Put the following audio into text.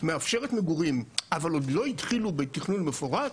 מאפשרת מגורים אבל עוד לא התחילו בתכנון מפורט,